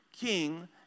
king